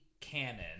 canon